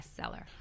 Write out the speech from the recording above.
bestseller